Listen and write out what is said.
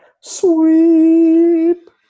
sweep